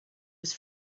was